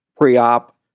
pre-op